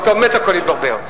אז, באמת הכול התברבר.